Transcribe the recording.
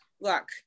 look